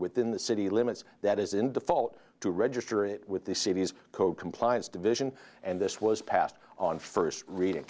within the city limits that is in default to register it with the city's code compliance division and this was passed on first reading